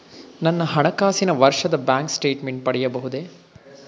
ನನ್ನ ಹಣಕಾಸಿನ ವರ್ಷದ ಬ್ಯಾಂಕ್ ಸ್ಟೇಟ್ಮೆಂಟ್ ಪಡೆಯಬಹುದೇ?